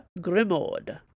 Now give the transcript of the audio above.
Grimaud